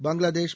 Bangladesh